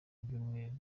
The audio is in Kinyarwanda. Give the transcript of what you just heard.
byumweru